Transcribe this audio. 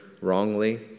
wrongly